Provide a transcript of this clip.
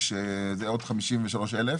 שזה עוד 53,000,